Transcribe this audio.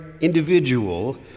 individual